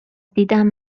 دیدم